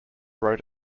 wrote